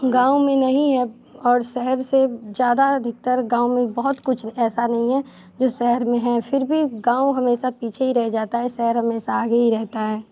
गाँव में नहीं है और शहर से ज़्यादा अधिकतर गाँव में बहुत कुछ ऐसा नहीं है जो शहर में हैं फिर भी गाँव हमेशा पीछे ही रह जाता है शहर हमेशा आगे ही रहता है